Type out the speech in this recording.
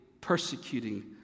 persecuting